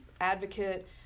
advocate